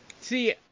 see